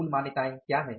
मूल मान्यताएं क्या है